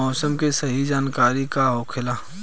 मौसम के सही जानकारी का होखेला?